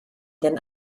den